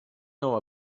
know